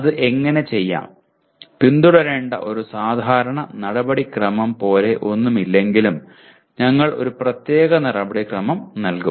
അത് എങ്ങനെ ചെയ്യാം പിന്തുടരേണ്ട ഒരു സാധാരണ നടപടിക്രമം പോലെ ഒന്നുമില്ലെങ്കിലും ഞങ്ങൾ ഒരു പ്രത്യേക നടപടിക്രമം നൽകും